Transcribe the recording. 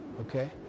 Okay